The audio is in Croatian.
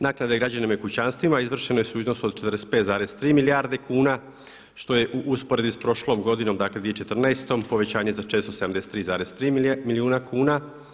Naknada građanima i kućanstvima izvršene su u iznosu od 45,3 milijarde kuna što je u usporedbi s prošlom godinom dakle 2014. povećanje za 473,3 milijuna kuna.